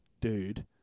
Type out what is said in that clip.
dude